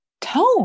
tone